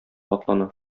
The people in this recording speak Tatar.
атлана